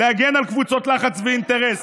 להגן על קבוצות לחץ ואינטרס,